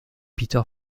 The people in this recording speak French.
peter